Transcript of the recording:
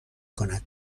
کند